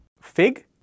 Fig